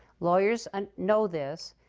lawyers and know this,